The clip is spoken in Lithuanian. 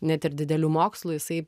net ir didelių mokslų jisai